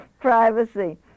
privacy